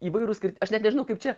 įvairūs kai aš net nežinau kaip čia